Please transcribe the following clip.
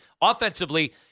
Offensively